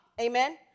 Amen